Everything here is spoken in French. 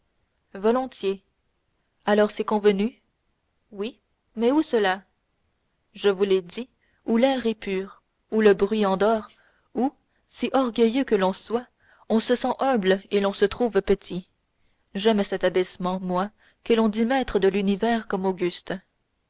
volontiers alors c'est convenu oui mais où cela je vous l'ai dit où l'air est pur où le bruit endort où si orgueilleux que l'on soit on se sent humble et l'on se trouve petit j'aime cet abaissement moi que l'on dit maître de l'univers comme auguste